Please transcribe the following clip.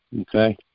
okay